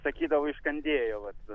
sakydavo iškandėjo vat